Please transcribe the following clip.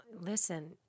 Listen